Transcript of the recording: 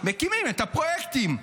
מקימים את הפרויקטים.